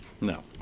no